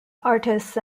artists